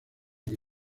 que